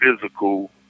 physical